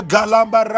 Galamba